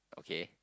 okay